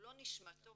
הוא לא נשמע טוב,